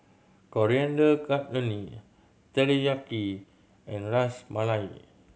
Coriander Chutney Teriyaki and Ras Malai